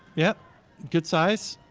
yep good size